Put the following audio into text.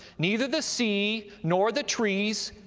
neither the sea, nor the trees,